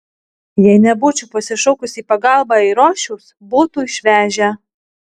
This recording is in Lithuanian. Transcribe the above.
jei nebūčiau pasišaukus į pagalbą eirošiaus būtų išvežę